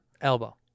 Elbow